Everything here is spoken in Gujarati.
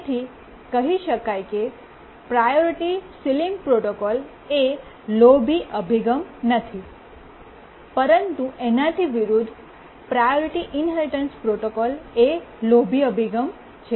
તેથી કહી શકાય કે પ્રાયોરિટી સીલીંગ પ્રોટોકોલ એ લોભી અભિગમ નથી પરંતુ એનાથી વિરુદ્ધ પ્રાયોરિટી ઇન્હેરિટન્સ પ્રોટોકોલ એ લોભી અભિગમ છે